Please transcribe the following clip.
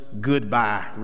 goodbye